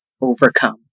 overcome